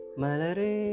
malare